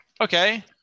okay